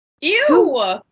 Ew